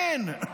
אין.